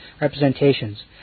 representations